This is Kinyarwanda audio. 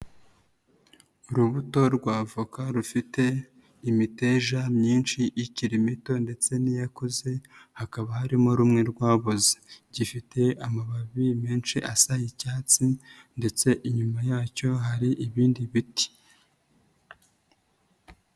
Urubuto rw'avoka rufite imiteja myinshi, ikiri mito ndetse n'iyakuze, hakaba harimo rumwe rwaboze. Gifite amababi menshi asa icyatsi ndetse inyuma yacyo hari ibindi biti.